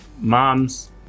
moms